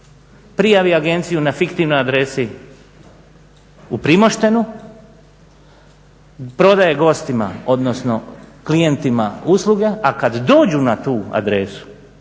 prijavi agenciju na … na adresi u Primoštenu, prodaje gostima odnosno klijentima usluge, a kada dođu na tu adresu